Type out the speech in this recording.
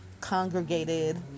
congregated